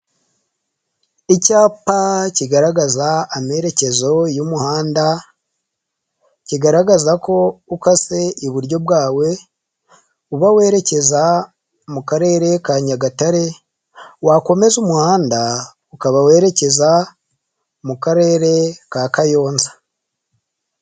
Icyapa kigaragaza amerekezo y'umuhanda, kigaragaza ko ukase iburyo bwawe uba werekeza mu karere ka Nyagatare, wakomeza umuhanda ukaba werekeza mu karere ka Kayonza.